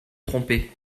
trompais